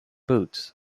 boots